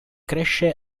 cresce